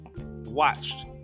watched